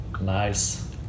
Nice